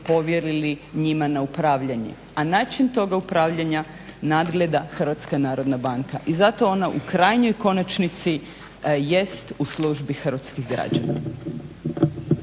povjerili njima na upravljanje, a način toga upravljanja nadgleda HNB. I zato ona u krajnjoj konačnici jest u službi hrvatskih građana.